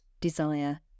Desire